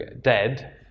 dead